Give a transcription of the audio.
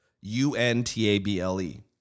U-N-T-A-B-L-E